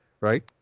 Right